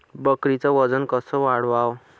बकरीचं वजन कस वाढवाव?